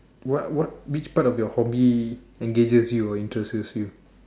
what what which part of your hobby engages you or interests you